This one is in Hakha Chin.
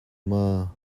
maw